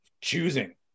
choosing